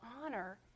honor